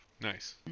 Nice